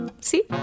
See